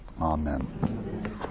amen